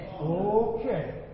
Okay